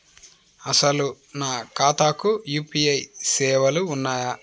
అసలు నా ఖాతాకు యూ.పీ.ఐ సేవలు ఉన్నాయా?